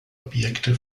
objekte